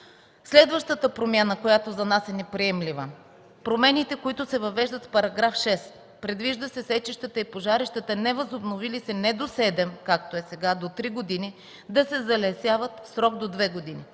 Следващата промяна, която за нас е неприемлива – промените, които се въвеждат в § 6. Предвижда се сечищата и пожарищата, невъзобновили се не до седем, както е досега, а до три години, да се залесяват в срок до две години.